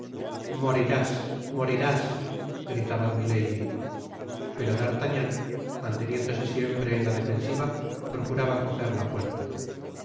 morirás morirás gritaba milady pero d'artagnan manteniéndose siempre en la defensiva procuraba cojer la puerta